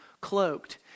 cloaked